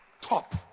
Top